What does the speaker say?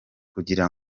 kugira